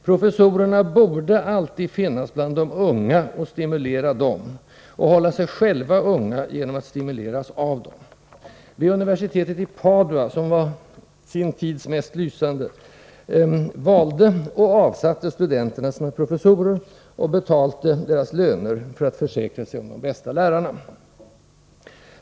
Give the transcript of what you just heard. Professorerna borde alltid finnas bland de unga och stimulera dem — och hålla sig själva unga genom att stimuleras av dem. Vid universitetet i Padua, som var sin tids mest lysande, valde — och avsatte — studenterna sina professorer och betalade deras löner, för att försäkra sig om de bästa lärarna.